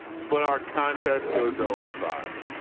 but our contest goes owen five.